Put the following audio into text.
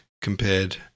compared